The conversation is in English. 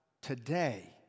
today